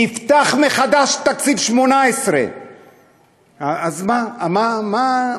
נפתח מחדש את תקציב 2018. אז מה עשינו?